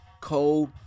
cold